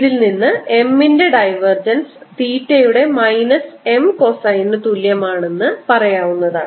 ഇതിൽ നിന്ന് M ൻറെ ഡൈവർജൻസ് തീറ്റയുടെ മൈനസ് M കൊസൈനു തുല്യമാണ് എന്ന് പറയാവുന്നതാണ്